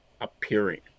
appearing